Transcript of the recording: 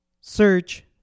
search